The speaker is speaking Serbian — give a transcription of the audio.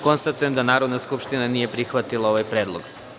Konstatujem da Narodna skupština nije prihvatila ovaj predlog.